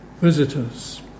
visitors